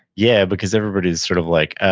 yeah, because everybody's sort of like,